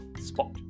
spot